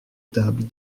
table